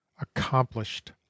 accomplished